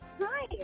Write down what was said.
Hi